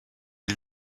ils